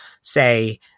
say